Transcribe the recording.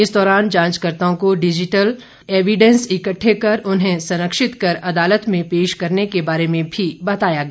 इस दौरान जांचकर्ताओं को डिजिटल एविडेंस इकट्ठे कर उन्हें संरक्षित कर अदालत में पेश करने के बारे भी बताया गया